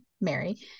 Mary